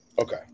Okay